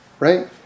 right